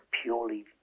purely